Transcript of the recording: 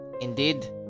Indeed